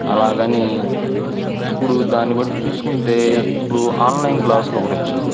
అలాగని ఇప్పుడు దాన్ని బట్టి చూసుకుంటే ఇప్పుడు ఆన్లైన్ క్లాసులు ఒకటి వచ్చింది